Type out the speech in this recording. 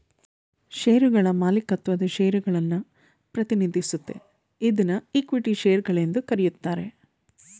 ಶೇರುಗಳ ಮಾಲೀಕತ್ವದ ಷೇರುಗಳನ್ನ ಪ್ರತಿನಿಧಿಸುತ್ತೆ ಇದ್ನಾ ಇಕ್ವಿಟಿ ಶೇರು ಗಳೆಂದು ಕರೆಯುತ್ತಾರೆ